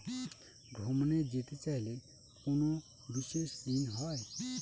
ভ্রমণে যেতে চাইলে কোনো বিশেষ ঋণ হয়?